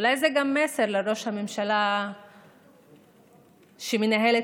אולי זה גם מסר לראש הממשלה שמנהל את